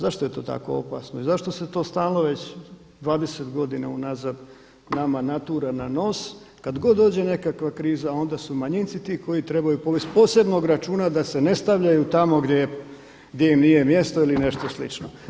Zašto je to tako opasno i zašto se to stalno već 20 godina unazad nama natura na nos, kada god dođe nekakva kriza onda su manjinci ti koji trebaju povesti posebnog računa da se ne stavljaju tamo gdje im nije mjesto ili nešto slično?